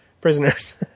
prisoners